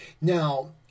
Now